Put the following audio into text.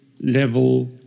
level